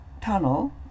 tunnel